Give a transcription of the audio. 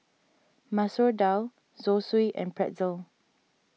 Masoor Dal Zosui and Pretzel